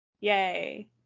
Yay